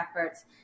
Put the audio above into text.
efforts